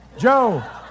joe